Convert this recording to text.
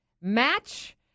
match